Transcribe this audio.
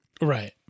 Right